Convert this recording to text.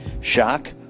Shock